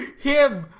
him!